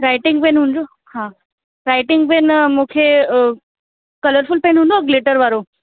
writing pen हूंदो हा writing pen मूंखे कलरफ़ुल पेन हूंदो गिलिटर वारो